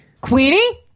Queenie